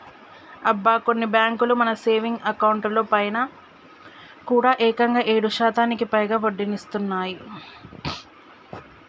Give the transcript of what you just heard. అబ్బా కొన్ని బ్యాంకులు మన సేవింగ్స్ అకౌంట్ లో పైన కూడా ఏకంగా ఏడు శాతానికి పైగా వడ్డీనిస్తున్నాయి